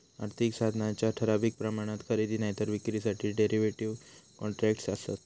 आर्थिक साधनांच्या ठराविक प्रमाणात खरेदी नायतर विक्रीसाठी डेरीव्हेटिव कॉन्ट्रॅक्टस् आसत